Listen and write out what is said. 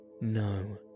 No